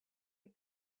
get